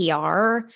PR